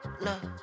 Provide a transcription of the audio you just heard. love